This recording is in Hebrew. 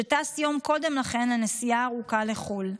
שטס יום קודם לכן לנסיעה ארוכה לחו"ל.